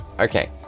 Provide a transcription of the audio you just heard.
okay